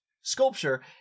sculpture